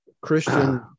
christian